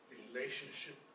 relationship